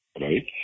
right